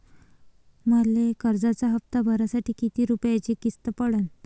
मले कर्जाचा हप्ता भरासाठी किती रूपयाची किस्त पडन?